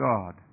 God